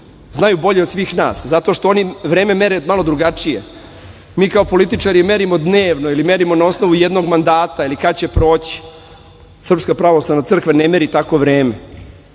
Znaju bolje od svih nas zato što oni vreme mere malo drugačije. Mi kao političari merimo dnevno ili merimo na osnovu jednog mandata ili kada će proći. Srpska pravoslavna crkva ne meri tako vreme